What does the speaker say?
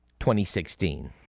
2016